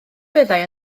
byddai